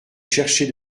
chercher